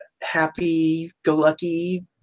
happy-go-lucky